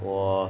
我